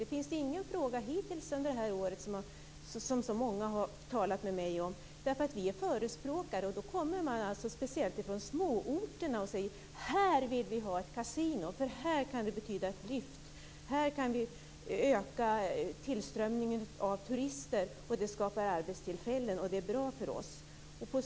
Det finns ingen fråga hittills under det här året som så många har talat med mig om, för vi är ju förespråkare. Då kommer man, speciellt från småorterna, och säger: Här vill vi ha ett kasino. Här kan det betyda ett lyft. Här kan vi öka tillströmningen av turister. Det skapar arbetstillfällen, och det är bra för oss.